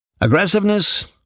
aggressiveness